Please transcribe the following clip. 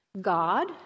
God